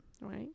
right